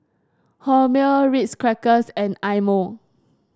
Hormel Ritz Crackers and Eye Mo